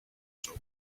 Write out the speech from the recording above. shop